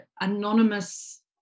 anonymous